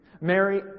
Mary